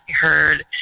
heard